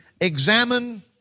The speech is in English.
examine